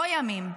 לא ימים,